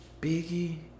Biggie